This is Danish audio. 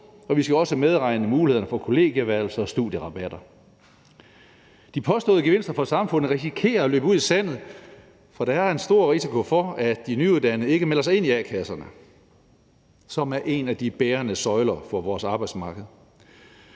og vi skal også medregne mulighederne for kollegieværelse og studierabatter. De påståede gevinster for samfundet risikerer at løbe ud i sandet, for der er en stor risiko for, at de nyuddannede ikke melder sig ind i a-kasserne, som er en af de bærende søjler for vores arbejdsmarked.